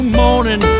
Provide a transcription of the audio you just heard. morning